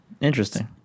interesting